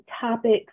topics